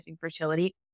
fertility